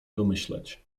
domyśleć